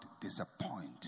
disappoint